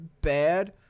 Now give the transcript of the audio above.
bad